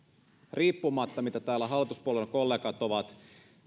riippumatta mitä täällä hallituspuolueiden kollegat ovat